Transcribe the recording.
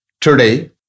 Today